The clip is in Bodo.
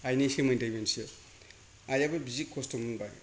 आइनि सोमोन्दै मोनसे आइयाबो जि खस्त' मोनबाय